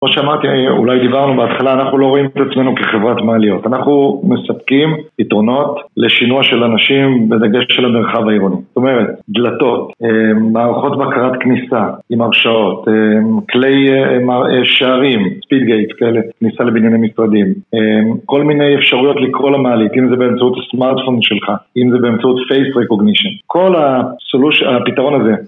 כמו שאמרתי, אולי דיברנו בהתחלה, אנחנו לא רואים את עצמנו כחברת מעליות. אנחנו מספקים פתרונות לשינוע של אנשים בדגש של המרחב העירוני. זאת אומרת, דלתות, מערכות בקרת כניסה עם הרשאות, כלי שערים, ספיד גייט, כאלה, כניסה לבנייני משרדים. כל מיני אפשרויות לקרוא למעלית, אם זה באמצעות הסמארטפון שלך, אם זה באמצעות פייס רקוגנישן כל הפתרון הזה